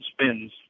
spins